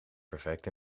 perfect